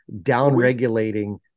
downregulating